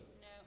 No